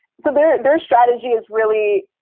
so their their strategy is really